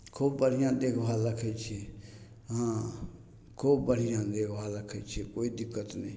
खूब बढ़िआँ देखभाल राखै छिए हँ खूब बढ़िआँ देखभाल राखै छिए कोइ दिक्कत नहि